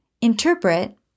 Interpret